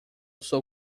sou